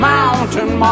Mountain